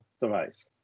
device